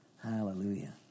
Hallelujah